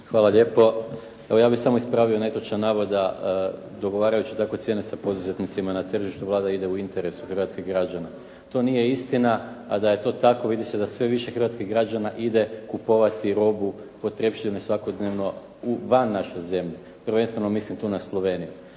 Hvala lijepo. Ja bih samo ispravio netočan navod da dogovarajući takve cijene sa poduzetnicima na tržištu Vlada ide u interes hrvatskih građana. To nije istina, a da je to tako, vidi se da sve više hrvatskih građana ide kupovati robu, potrepštine svakodnevno van naše zemlje. Prvenstveno mislim tu na Sloveniju.